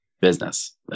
business